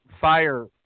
fire